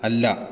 അല്ല